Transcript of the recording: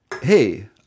hey